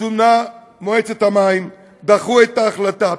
זומנה מועצת המים, דחו את ההחלטה.